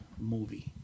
movie